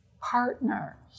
partner